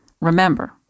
Remember